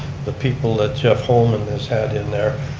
the people that jeff holman has had in there.